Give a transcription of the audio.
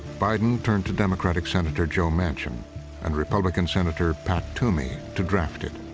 biden turned to democratic senator joe manchin and republican senator pat toomey to draft it.